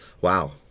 Wow